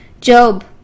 Job